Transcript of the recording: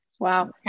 Wow